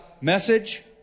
message